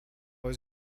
was